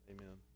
Amen